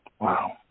Wow